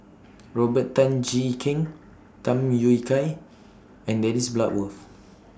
Robert Tan Jee Keng Tham Yui Kai and Dennis Bloodworth